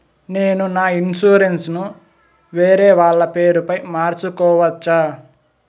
నేను నా ఇన్సూరెన్సు ను వేరేవాళ్ల పేరుపై మార్సుకోవచ్చా?